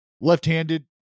left-handed